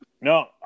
no